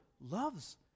loves